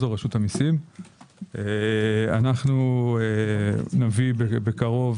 נביא בקרוב